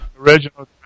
Original